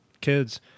kids